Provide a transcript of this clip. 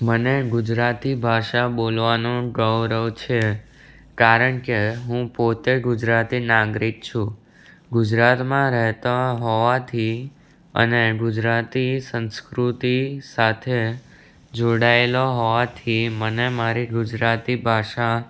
મને ગુજરાતી ભાષા બોલવાનું ગૌરવ છે કારણ કે હું પોતે ગુજરતી નાગરિક છું ગુજરાતમાં રહેતો હોવાથી અને ગુજરાતી સંસ્કૃતિ સાથે જોડાયેલો હોવાથી મને મારી ગુજરાતી ભાષા